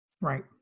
Right